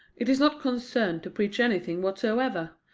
it is not concerned to preach anything whatsoever.